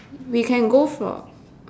we can go for